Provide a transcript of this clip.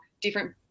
different